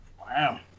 Wow